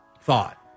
thought